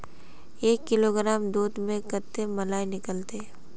एक किलोग्राम दूध में कते मलाई निकलते?